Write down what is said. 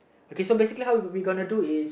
okay so basically how we gonna do is